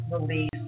release